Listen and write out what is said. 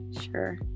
sure